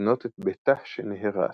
לבנות את ביתה שנהרס,